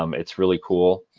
um it's really cool.